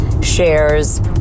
shares